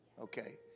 Okay